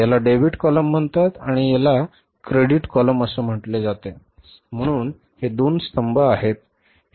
आणि या column ला क्रेडिट स्तंभ असे म्हणतात म्हणूनच हे दोन स्तंभ आहेत